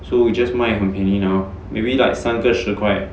so we just 卖很便宜 lor maybe like 三个十块